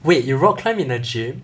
wait you rock climb in a gym